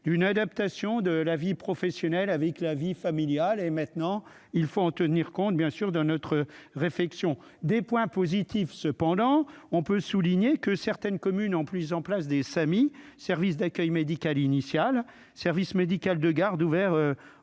d'une adaptation de la vie professionnelle avec la vie familiale et maintenant il faut en tenir compte, bien sûr, de notre réflexion des point positif cependant, on peut souligner que certaines communes en plus en place des Sami, service d'accueil médical initial service médical de garde ouvert